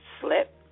slip